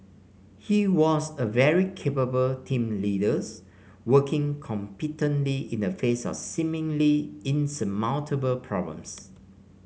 he was a very capable team leader working competently in the face of seemingly insurmountable problems